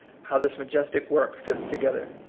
how this majestic work fits together.